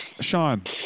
Sean